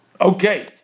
Okay